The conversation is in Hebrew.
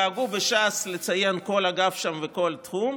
ודאגו בש"ס לציין כל אגף שם וכל תחום,